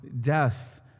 death